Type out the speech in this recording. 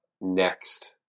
next